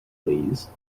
please